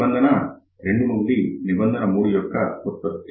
నిబంధన 2 నుంచి నిబంధన 3 యొక్క వ్యుత్పత్తి